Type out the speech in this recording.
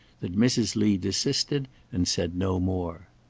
that mrs. lee desisted and said no more.